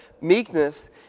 Meekness